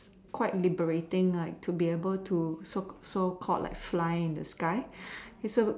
quite liberating like to be able to so core so called like fly in the sky he so